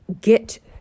get